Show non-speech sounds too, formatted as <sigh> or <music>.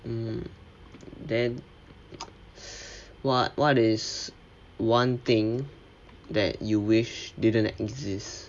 mm then <noise> what what is one thing that you wish didn't exist